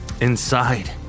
Inside